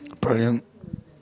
brilliant